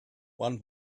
one